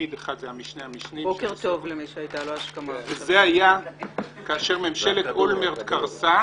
ותפקיד אחד זה המשנה ל --- וזה היה כאשר ממשלת אולמרט קרסה,